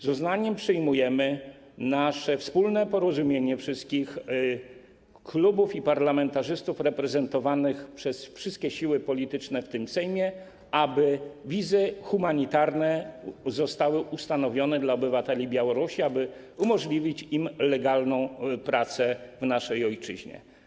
Z uznaniem przyjmujemy nasze wspólne porozumienie, porozumienie wszystkich klubów i parlamentarzystów reprezentowanych przez wszystkie siły polityczne w tym Sejmie, aby wizy humanitarne zostały ustanowione dla obywateli Białorusi, aby umożliwić im legalną pracę w naszej ojczyźnie.